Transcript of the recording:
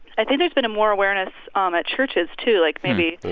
i think there's been more awareness um at churches, too like, maybe.